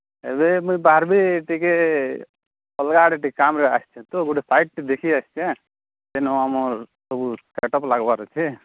ଏବେ ମୁଇଁ ବାହାରିବି ଟିକେ ଅଲଗା ଆଡ଼େ ଟିକେ କାମରେ ଆସିଛି ତ ତ ଗୋଟେ ସାଇଟ୍ ଦେଖି ଆସିଛି ଯେଉଁ ଆମର ସବୁ ଗେଟ୍ ଅପ ଲାଗିବାର ଅଛି